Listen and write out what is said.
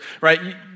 right